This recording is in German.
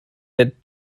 der